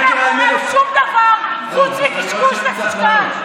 שאין מאחוריו שום דבר חוץ מקשקוש מקושקש.